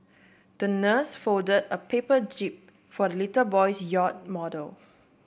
the nurse fold a paper jib for little boy's yacht model